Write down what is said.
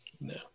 No